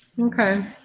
Okay